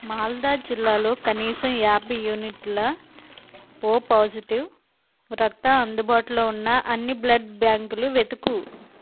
మాల్దా జిల్లాలో కనీసం యాభై యూనిట్లు ఓ పాజిటివ్ రక్తం అందుబాటులో ఉన్న అన్ని బ్లడ్ బ్యాంకులు వెతుకు